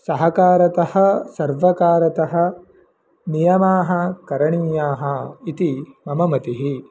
सर्वकारतः सर्वकारतः नियमाः करणीयाः इति मम मतिः